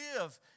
live